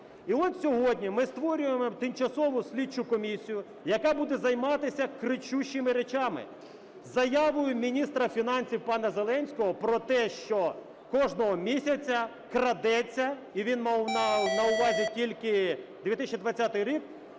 І от сьогодні ми створюємо тимчасову слідчу комісію, яка буде займатися кричущими речами – заявою міністра фінансів пана Зеленського про те, що кожного місяця крадеться, і він мав на увазі тільки 2020 рік,